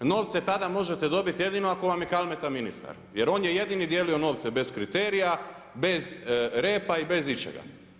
Novce tada možete dobiti jedino ako vam je Kalmeta ministar jer on je jedini dijelio novce bez kriterija, bez repa i bez ičega.